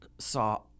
Saw